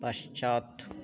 पश्चात्